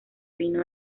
vino